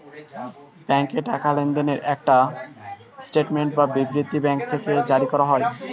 ব্যাংকে টাকা লেনদেনের একটা স্টেটমেন্ট বা বিবৃতি ব্যাঙ্ক থেকে জারি করা হয়